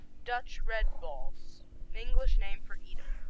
dutch red balls english name for edam.